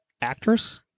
actress